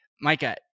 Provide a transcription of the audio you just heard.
Micah